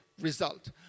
result